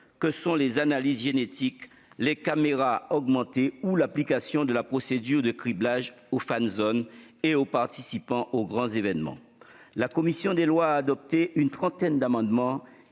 que sont les analyses génétiques, les caméras augmentées ou l'application de la procédure de criblage aux fan zones et aux participants aux grands événements. La commission des lois a adopté une trentaine d'amendements,